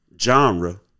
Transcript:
genre